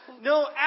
No